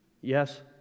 Yes